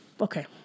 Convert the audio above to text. Okay